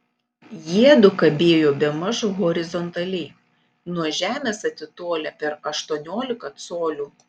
jiedu kabėjo bemaž horizontaliai nuo žemės atitolę per aštuoniolika colių